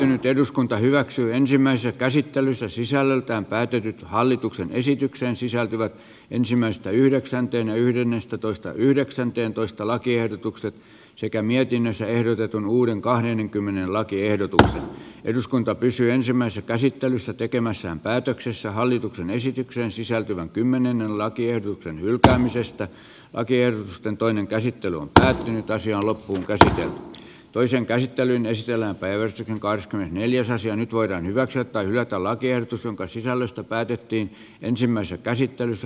nyt eduskunta hyväksyy ensimmäistä käsittelyssä sisällöltään päätynyt hallituksen esitykseen sisältyvä ensimmäistä yhdeksäntenä yhdennestätoista yhdeksänteentoista lakiehdotukset sekä mietinnössä ehdotetun uuden kahdenkymmenen lakiehdotuksessa eduskunta pysyi ensimmäisen käsittelyssä tekemässään päätöksessä hallituksen esitykseen sisältyvän kymmenennellä kielten hylkäämisestä ja kierrosten toinen käsittely on päättynyt asian loppuun eikä toiseen käsittelyyn sillä pöysti korsku neljästä sonnit voidaan hyväksyä tai hylätä lakiehdotus jonka sisällöstä päätettiin ensimmäisessä käsittelyssä